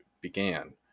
began